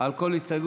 על כל הסתייגות.